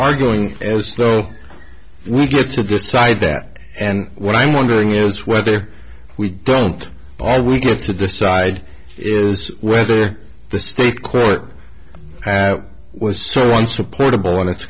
arguing as though we get to decide that and what i'm wondering is whether we don't all we get to decide is whether the state court have was one supportable on its